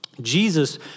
Jesus